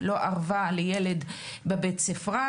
לא ארבה לילד בבית הספר,